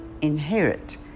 inherit